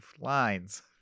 lines